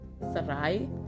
sarai